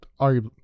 arguably